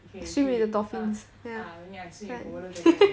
你可以去 ah ah then I swim with komodo dragons